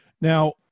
Now